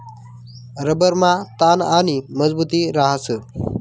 रबरमा ताण आणि मजबुती रहास